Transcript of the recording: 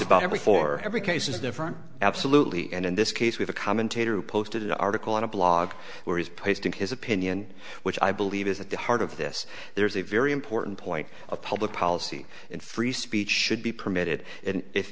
about every for every case is different absolutely and in this case with a commentator who posted an article on a blog where he's pasting his opinion which i believe is at the heart of this there is a very important point of public policy in free speech should be permitted and if